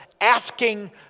asking